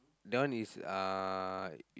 that one is uh